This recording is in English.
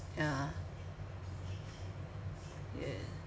yeah ya